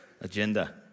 agenda